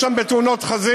אנשים נהרגו שם בתאונות חזית.